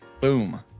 Boom